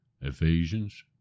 Ephesians